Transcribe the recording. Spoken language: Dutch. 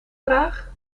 vraag